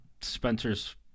Spencer's